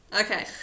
Okay